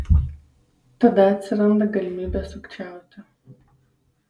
tada atsiranda galimybė sukčiauti